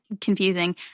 confusing